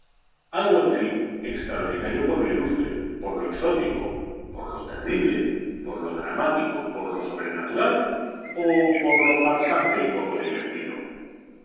algo en fin extraordinario por lo ilustre por lo exótico por lo terrible por lo dramático por lo sobrenatural o por lo farsante y poco divertido